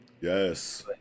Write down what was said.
Yes